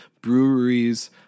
breweries